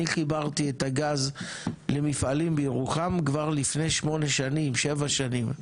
אני חיברתי את הגז למפעלים בירוחם כבר לפני שבע-שמונה שנים,